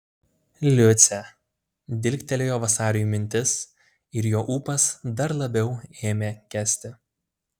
liucė dilgtelėjo vasariui mintis ir jo ūpas dar labiau ėmė gesti